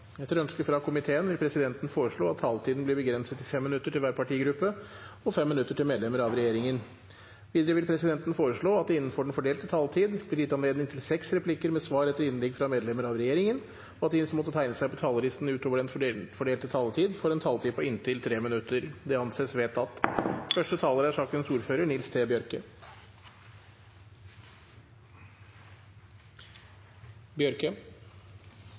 Etter ønske fra transport- og kommunikasjonskomiteen vil presidenten foreslå at taletiden blir begrenset til 5 minutter til hver partigruppe og 5 minutter til medlemmer av regjeringen. Videre vil presidenten foreslå at det – innenfor den fordelte taletid – blir gitt anledning til seks replikker med svar etter innlegg fra medlemmer av regjeringen, og at de som måtte tegne seg på talerlisten utover den fordelte taletid, får en taletid på inntil 3 minutter. – Det anses vedtatt.